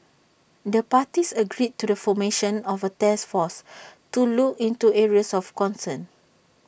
the parties agreed to the formation of A task force to look into areas of concern